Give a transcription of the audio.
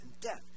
death